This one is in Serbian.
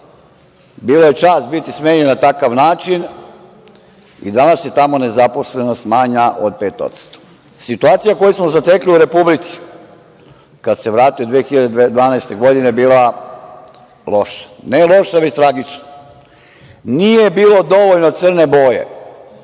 bila je čast biti smenjen na takav način. Danas je tamo nezaposlenost manja od 5%.Situacija kojom smo zatekli u Republici, kada se vratimo 2012. godina, bila loša, ne loša već tragična. Nije bilo dovoljno crne boje